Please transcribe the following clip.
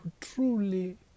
truly